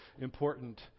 important